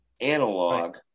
analog